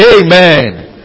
Amen